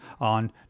on